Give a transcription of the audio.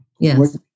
Yes